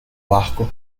barco